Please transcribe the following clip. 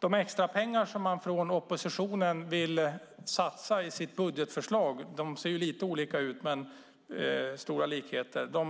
De extrapengar oppositionen vill satsa på järnvägen i sina budgetförslag - de ser ju lite olika ut, även om det är stora likheter - får